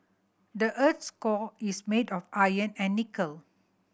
the earth's core is made of iron and nickel